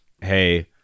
hey